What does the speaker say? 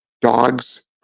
dogs